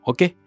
Okay